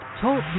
Talk